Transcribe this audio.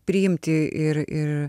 priimti ir ir